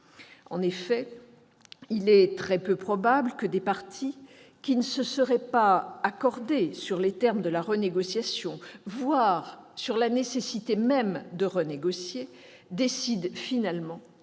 En effet, il est très peu probable que des parties qui ne se seraient pas accordées sur les termes de la renégociation, voire sur la nécessité même de renégocier, décident finalement